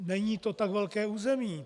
Není to tak velké území.